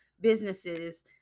businesses